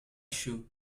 shoe